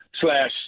slash